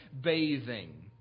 bathing